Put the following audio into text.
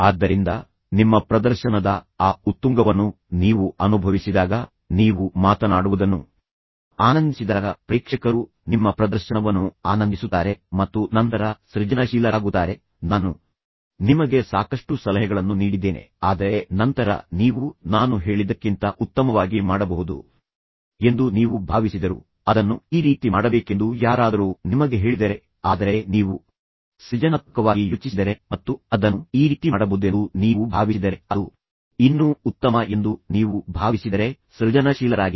ಆದ್ದರಿಂದ ನಿಮ್ಮ ಪ್ರದರ್ಶನದ ಆ ಉತ್ತುಂಗವನ್ನು ನೀವು ಅನುಭವಿಸಿದಾಗ ನೀವು ಮಾತನಾಡುವುದನ್ನು ಆನಂದಿಸಿದಾಗ ಪ್ರೇಕ್ಷಕರು ನಿಮ್ಮ ಪ್ರದರ್ಶನವನ್ನು ಆನಂದಿಸುತ್ತಾರೆ ಮತ್ತು ನಂತರ ಸೃಜನಶೀಲರಾಗುತ್ತಾರೆ ನಾನು ನಿಮಗೆ ಸಾಕಷ್ಟು ಸಲಹೆಗಳನ್ನು ನೀಡಿದ್ದೇನೆ ಆದರೆ ನಂತರ ನೀವು ನಾನು ಹೇಳಿದ್ದಕ್ಕಿಂತ ಉತ್ತಮವಾಗಿ ಮಾಡಬಹುದು ಎಂದು ನೀವು ಭಾವಿಸಿದರೂ ಅದನ್ನು ಈ ರೀತಿ ಮಾಡಬೇಕೆಂದು ಯಾರಾದರೂ ನಿಮಗೆ ಹೇಳಿದರೆ ಆದರೆ ನೀವು ಸೃಜನಾತ್ಮಕವಾಗಿ ಯೋಚಿಸಿದರೆ ಮತ್ತು ಅದನ್ನು ಈ ರೀತಿ ಮಾಡಬಹುದೆಂದು ನೀವು ಭಾವಿಸಿದರೆ ಅದು ಇನ್ನೂ ಉತ್ತಮ ಎಂದು ನೀವು ಭಾವಿಸಿದರೆ ಸೃಜನಶೀಲರಾಗಿರಿ